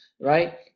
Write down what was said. right